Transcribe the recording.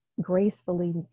gracefully